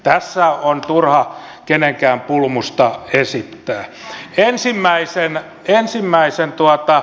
tässä on turha kenenkään pulmusta esittää